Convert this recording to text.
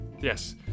yes